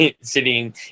sitting